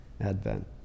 advent